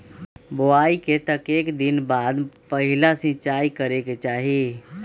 बोआई के कतेक दिन बाद पहिला सिंचाई करे के चाही?